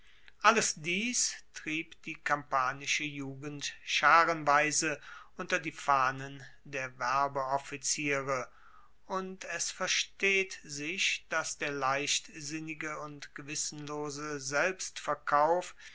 alles dies trieb die kampanische jugend scharenweise unter die fahnen der werbeoffiziere und es versteht sich dass der leichtsinnige und gewissenlose